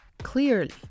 Clearly